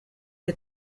the